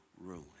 ruin